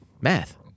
Math